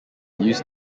used